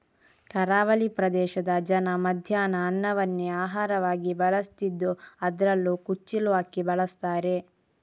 ಕರಾವಳಿ ಪ್ರದೇಶದ ಜನ ಮಧ್ಯಾಹ್ನ ಅನ್ನವನ್ನೇ ಆಹಾರವಾಗಿ ಬಳಸ್ತಿದ್ದು ಅದ್ರಲ್ಲೂ ಕುಚ್ಚಿಲು ಅಕ್ಕಿ ಬಳಸ್ತಾರೆ